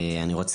אני מודה